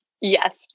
Yes